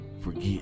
forget